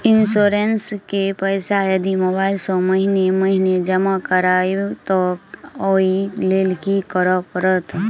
Insurance केँ पैसा यदि मोबाइल सँ महीने महीने जमा करबैई तऽ ओई लैल की करऽ परतै?